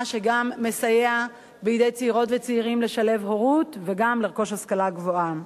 מה שגם מסייע בידי צעירות וצעירים לשלב הורות ולרכוש השכלה גבוהה.